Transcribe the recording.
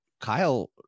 Kyle